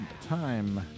time